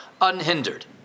unhindered